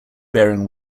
bearing